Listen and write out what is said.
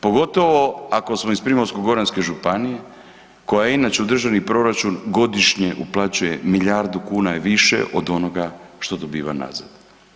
Pogotovo ako smo iz Primorsko-goranske Županije, koja inače u Državni proračun godišnje uplaćuje milijardu kuna više od onoga što dobiva nazad.